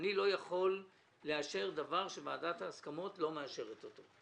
אני לא יכול לאשר דבר שוועדת ההסכמות לא מאשרת אותו,